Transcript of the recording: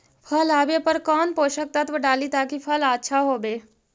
फल आबे पर कौन पोषक तत्ब डाली ताकि फल आछा होबे?